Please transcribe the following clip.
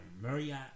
Marriott